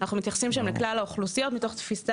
אנחנו מתייחסים שם לכלל האוכלוסיות מתוך תפיסה